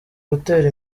gutera